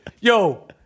Yo